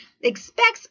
expects